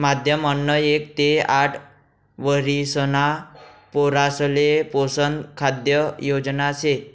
माध्यम अन्न एक ते आठ वरिषणा पोरासले पोषक खाद्य योजना शे